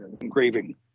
engraving